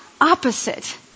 opposite